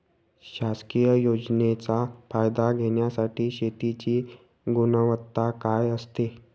शासकीय योजनेचा फायदा घेण्यासाठी शेतीची गुणवत्ता काय असते?